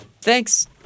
Thanks